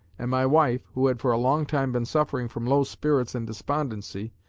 and my wife, who had for a long time been suffering from low spirits and despondency,